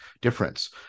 difference